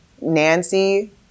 Nancy